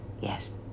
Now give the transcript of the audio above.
Yes